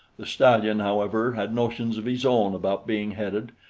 the stallion, however, had notions of his own about being headed,